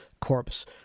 corpse